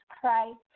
Christ